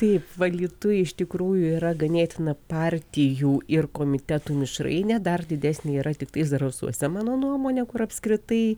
taip alytuj iš tikrųjų yra ganėtina partijų ir komitetų mišrainė dar didesnė yra tiktai zarasuose mano nuomone kur apskritai